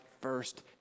first